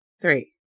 three